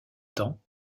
temps